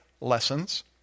lessons